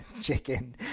chicken